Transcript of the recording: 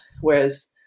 Whereas